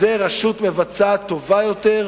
וזה רשות מבצעת טובה יותר,